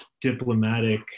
diplomatic